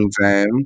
time